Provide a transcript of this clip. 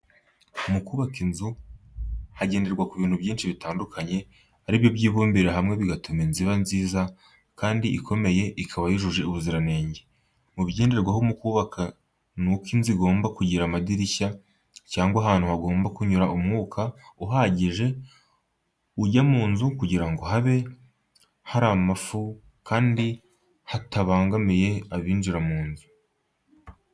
Mu kubaka inzu hagenderwa ku bintu byinshi bitandukanye ari byo byibumbira hakwe bigatuma inzu iba nziza kandi ikomeye ikaba yujuye ubuziranenge. Mu bigenderwaho mu kubaka n'uko inzu igomba kugira amadirishya cyangwa ahantu hagomba kunyura umwuka uhagije ujya mu nzu kugira ngo habe hari amafu kandi hatabangamiye abinjira mu nzu.